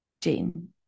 Jane